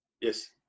Yes